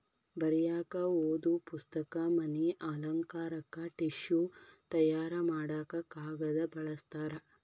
ಬರಿಯಾಕ ಓದು ಪುಸ್ತಕ, ಮನಿ ಅಲಂಕಾರಕ್ಕ ಟಿಷ್ಯು ತಯಾರ ಮಾಡಾಕ ಕಾಗದಾ ಬಳಸ್ತಾರ